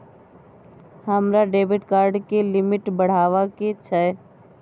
हमरा debit card के limit बढावा के छै